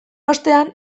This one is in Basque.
ostean